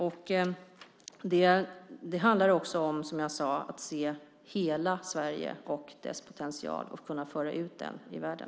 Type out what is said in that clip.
Det handlar också om, som jag sade, att se hela Sverige och dess potential och att kunna föra ut den i världen.